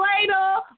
later